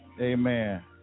Amen